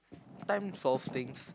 time solve things